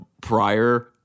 prior